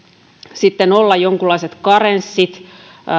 sitten olla jonkinlaiset karenssit